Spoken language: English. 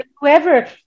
whoever